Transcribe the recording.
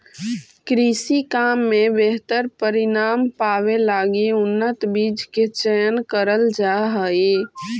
कृषि काम में बेहतर परिणाम पावे लगी उन्नत बीज के चयन करल जा हई